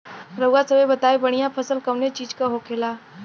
रउआ सभे बताई बढ़ियां फसल कवने चीज़क होखेला?